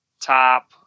Top